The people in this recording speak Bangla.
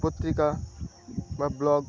পত্রিকা বা ব্লগ